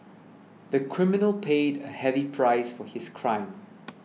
the criminal paid a heavy price for his crime